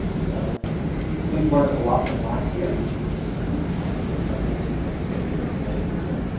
so we've learned a lot from last year and we're coming into, what, social studies this year?